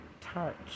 touch